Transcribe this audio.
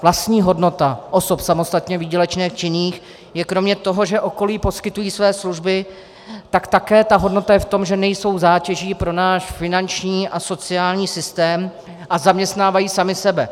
Vlastní hodnota osob samostatně výdělečně činných je kromě toho, že okolí poskytují své služby, tak také ta hodnota je v tom, že nejsou zátěží pro náš finanční a sociální systém a zaměstnávají samy sebe.